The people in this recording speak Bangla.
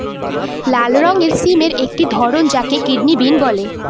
লাল রঙের সিমের একটি ধরন যাকে কিডনি বিন বলে